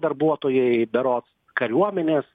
darbuotojai berods kariuomenės